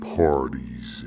parties